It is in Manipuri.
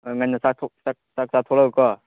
ꯉꯟꯅ ꯆꯥꯛ ꯆꯥꯊꯣꯔꯛꯎꯀꯣ